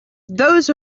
those